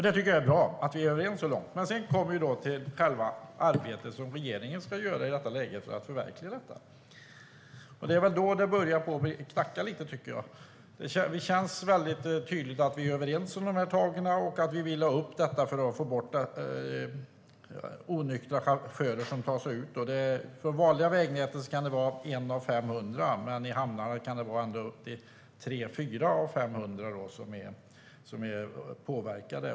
Det är bra att vi är överens så långt. Men sedan kommer vi till det arbete som regeringen ska göra för att förverkliga detta, och då börjar det bli lite knackigt, tycker jag. Det känns tydligt att vi är överens om tagen och vill ha alkobommar för att få bort onyktra chaufförer. På de vanliga vägnäten kan det vara 1 av 500, men i hamnarna kan det vara ända upp till 3-4 av 500 som är påverkade.